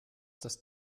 das